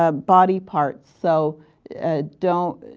ah body parts. so don't